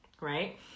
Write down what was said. right